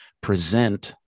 present